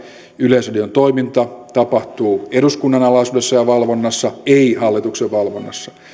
yleisradion toiminta tapahtuu eduskunnan alaisuudessa ja valvonnassa ei hallituksen valvonnassa